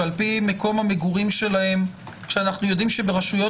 שעל פי מקום המגורים שלהם כשאנחנו יודעים שברשויות